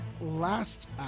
last